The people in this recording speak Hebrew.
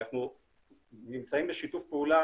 אנחנו נמצאים בשיתוף פעולה,